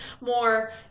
more